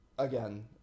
Again